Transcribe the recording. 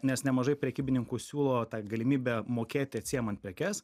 nes nemažai prekybininkų siūlo tą galimybę mokėti atsiimant prekes